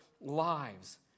lives